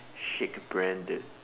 shake branded